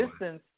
distance